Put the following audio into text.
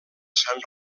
sant